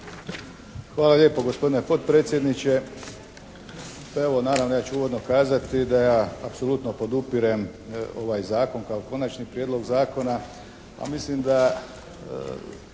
Hvala lijepo gospodine potpredsjedniče. Pa evo naravno ja ću uvodno kazati da ja apsolutno podupirem ovaj Zakon kao Konačni prijedlog zakona, a mislim da